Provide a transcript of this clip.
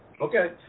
Okay